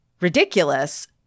ridiculous